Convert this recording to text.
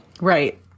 Right